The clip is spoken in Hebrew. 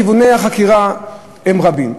וכיווני החקירה רבים,